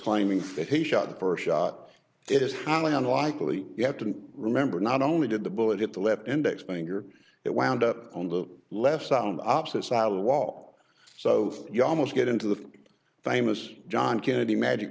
claiming that he shot the first shot it is highly unlikely you have to remember not only did the bullet hit the left index finger it wound up on the left sound opposite side of the wall so you almost get into the famous john kennedy magic